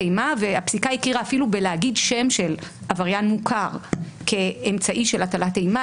הפסיקה הכירה אפילו בלהגיד שם של עבריין מוכר כאמצעי של הטלת אימה.